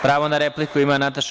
Pravo na repliku ima Nataša Sp.